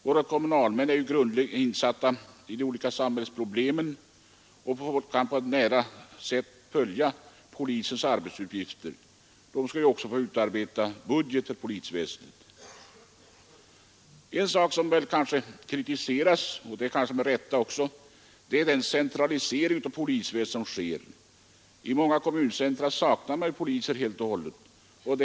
Våra kommunalmän, som ju är grundligt insatta i olika samhällsproblem, får på nära håll följa polisens arbetsuppgifter och utarbeta budget för polisväsendet. En sak som allmänt kritiseras — kanske med rätta — är den centralisering av polisväsendet som sker. I många kommuncentra saknas poliser helt och hållet.